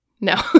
No